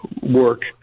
work